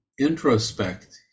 introspect